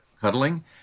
cuddling